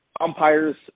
umpires